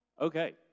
Okay